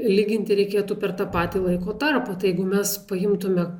lyginti reikėtų per tą patį laiko tarpą tai jeigu mes paimtume